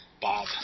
Bob